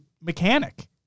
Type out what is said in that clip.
mechanic